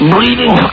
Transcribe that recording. Breathing